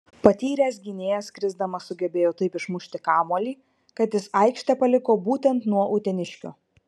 patyręs gynėjas krisdamas sugebėjo taip išmušti kamuolį kad jis aikštę paliko būtent nuo uteniškio